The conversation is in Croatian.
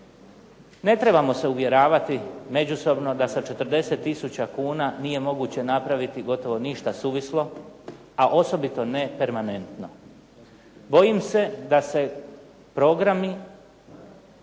Ne trebamo se uvjeravati međusobno da sa 40 tisuća kuna nije moguće napraviti gotovo ništa suvislo, a osobito ne permanentno. Bojim se da se programi